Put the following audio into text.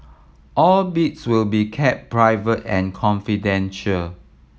all bids will be kept private and confidential